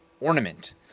ornament